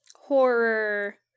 horror